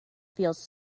feels